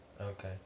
Okay